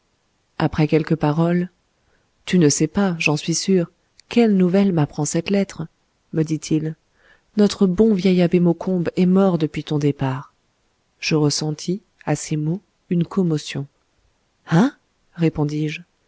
après quelques paroles tu ne sais pas j'en suis sûr quelle nouvelle m'apprend cette lettre me dit-il notre bon vieil abbé maucombe est mort depuis ton départ je ressentis à ces mots une commotion hein répondis-je